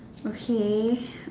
okay